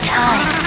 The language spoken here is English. time